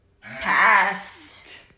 Past